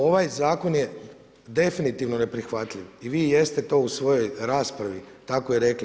Ovaj zakon je definitivno neprihvatljiv i vi i jeste to u svojoj raspravi tako i rekli.